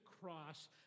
cross